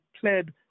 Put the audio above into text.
pled